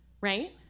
right